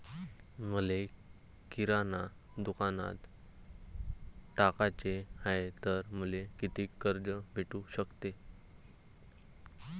मले किराणा दुकानात टाकाचे हाय तर मले कितीक कर्ज भेटू सकते?